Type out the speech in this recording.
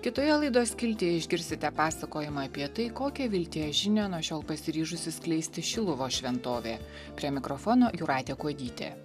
kitoje laidos skiltyje išgirsite pasakojimą apie tai kokią vilties žinią nuo šiol pasiryžusi skleisti šiluvos šventovė prie mikrofono jūratė kuodytė